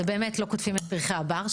הוא לא קטפים את פרחי הבר,